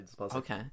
okay